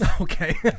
Okay